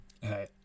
hey